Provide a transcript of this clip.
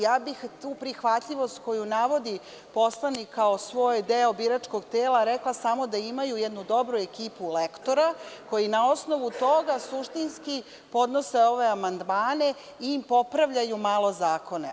Ja bih za tu prihvatljivost koju navodi poslanik kao svoj deo biračkog tela rekla samo da imaju jednu dobru ekipu lektora koji na osnovu toga suštinski podnose ove amandmane i popravljaju malo zakone.